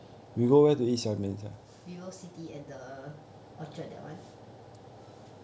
vivocity and the orchard that one